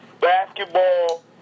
basketball